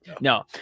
no